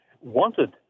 wanted